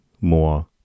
More